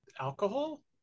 alcohol